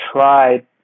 tried